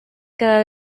cada